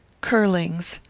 curling's,